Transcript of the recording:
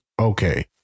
okay